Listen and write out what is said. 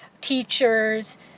teachers